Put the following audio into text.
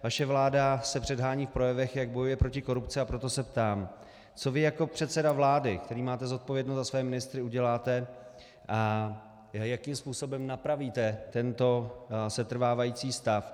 Vaše vláda se předhání v projevech, jak bojuje proti korupci, a proto se ptám: Co vy jako předseda vlády, který máte zodpovědnost za své ministry, uděláte, jakým způsobem napravíte tento setrvávající stav?